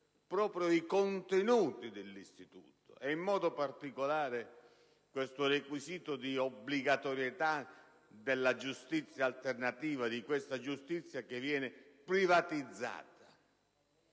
proprio dei suoi contenuti, e in modo particolare del requisito dell'obbligatorietà della giustizia alternativa, di questa giustizia che viene privatizzata.